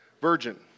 virgin